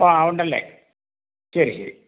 ആ ഉ ണ്ടല്ലേ ശരി ശരി